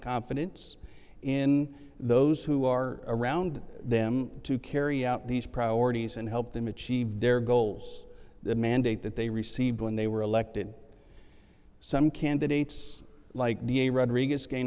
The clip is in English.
confidence in those who are around them to carry out these priorities and help them achieve their goals the mandate that they received when they were elected some candidates like da rodriguez gain